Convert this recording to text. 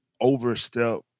overstep